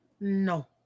No